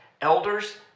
elders